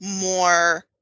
more